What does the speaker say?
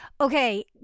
okay